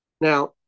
Now